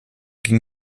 gegen